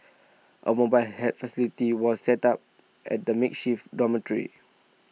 A mobile help facility was set up at the makeshift dormitory